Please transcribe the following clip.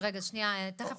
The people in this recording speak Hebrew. לגבי מה נכון